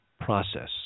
process